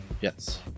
Yes